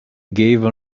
gave